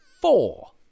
four